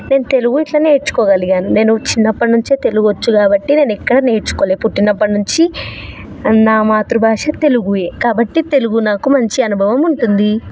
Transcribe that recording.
నేను తెలుగు ఇట్లా నేర్చుకోగలిగాను నేను చిన్నప్పటి నుంచే తెలుగు వచ్చు కాబట్టి నేనెక్కడా నేర్చుకోలే పుట్టినప్పటి నుంచి నా మాతృ భాష తెలుగు ఏ కాబట్టి తెలుగు నాకు మంచి అనుభవం ఉంటుంది